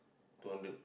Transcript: two hundred